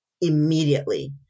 immediately